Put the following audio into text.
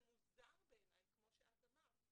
בעיני זה מוזר, כמו שאת אמרת,